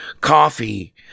Coffee